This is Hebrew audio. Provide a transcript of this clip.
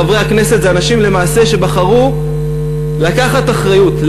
חברי הכנסת הם למעשה אנשים שבחרו לקחת אחריות,